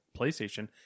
PlayStation